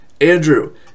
Andrew